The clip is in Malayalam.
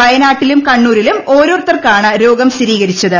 വയനാട്ട്ടിലും കണ്ണൂരിലും ഓരോരുത്തർക്കാണ് രോഗം സ്ഥിരീകരിച്ചത്